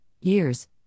years